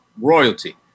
Royalty